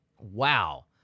Wow